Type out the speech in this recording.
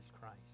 Christ